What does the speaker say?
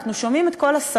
אנחנו שומעים את כל השרים,